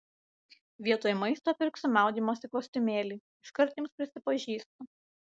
vietoj maisto pirksiu maudymosi kostiumėlį iškart jums prisipažįstu